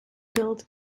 build